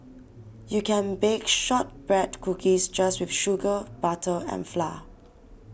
you can bake Shortbread Cookies just with sugar butter and flour